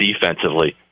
defensively